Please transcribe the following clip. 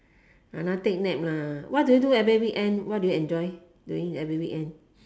take nap lah what do you every weekend what do you enjoy doing every weekend